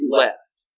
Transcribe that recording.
left